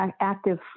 active